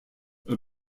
are